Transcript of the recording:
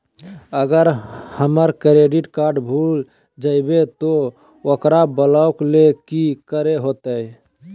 अगर हमर credit card भूल जइबे तो ओकरा ब्लॉक लें कि करे होते?